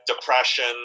depression